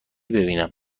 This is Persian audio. ببینم